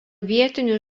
vietinių